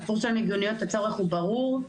הסיפור של מיגוניות, הצורך הוא ברור.